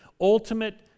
ultimate